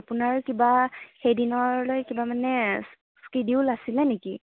আপোনাৰ কিবা সেইদিনৰলৈ কিবা মানে স্কিডিউল আছিলে নেকি